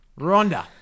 Rhonda